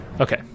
okay